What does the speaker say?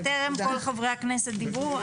וטרם כל חברי הכנסת דיברו.